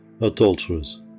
adulterers